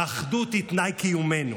האחדות היא תנאי קיומנו,